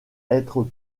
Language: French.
être